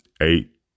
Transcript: Eight